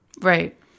right